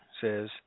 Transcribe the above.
says